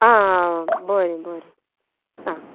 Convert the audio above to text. आ आ बरें बरें आ